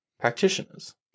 practitioners